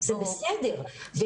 זה בסדר.